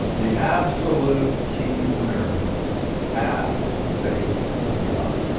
the absolute key to miracles have faith in god.